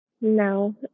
No